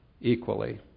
equally